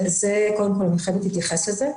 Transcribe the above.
אני חייבת קודם כל להתייחס לזה.